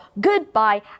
goodbye